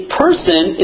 person